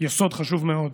יסוד חשוב מאוד,